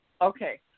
Okay